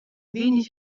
wenig